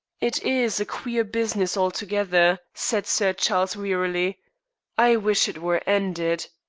it is a queer business altogether, said sir charles wearily i wish it were ended.